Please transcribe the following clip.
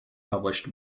published